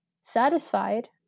satisfied